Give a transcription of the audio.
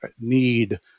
need